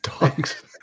Dogs